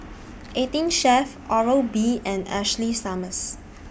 eighteen Chef Oral B and Ashley Summers